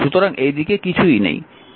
সুতরাং এই দিকে কিছুই নেই